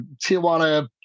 Tijuana